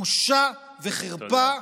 בושה וחרפה.